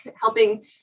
helping